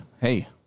hey